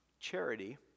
Charity